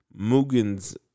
Mugen's